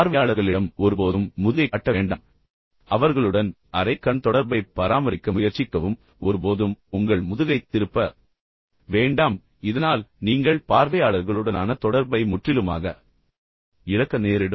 பார்வையாளர்களிடம் ஒருபோதும் முதுகை காட்ட வேண்டாம் அல்லது நீங்கள் பிளாக்போர்டில் எதையாவது காட்டப் போகிறீர்கள் என்றாலும் அவர்களுடன் குறைந்தபட்சம் அரை கண் தொடர்பைப் பராமரிக்க முயற்சிக்கவும் ஒருபோதும் உங்கள் முதுகைத் திருப்ப வேண்டாம் இதனால் நீங்கள் பார்வையாளர்களுடனான தொடர்பை முற்றிலுமாக இழக்க நேரிடும்